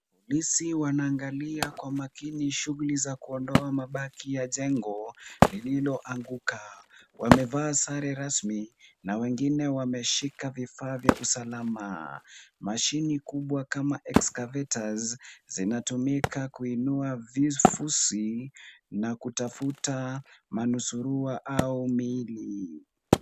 Polisi wanaangalia kwa makini shughuli za kuondoa mabaki ya jengo lililoanguka. Wamevaa sare rasmi na wengine wameshika vifa vya usalama. Mashini kubwa kama Excavators , zinatumiwa kuinua vifusi nakutafuta manusurua au miili.